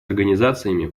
организациями